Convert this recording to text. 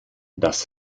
das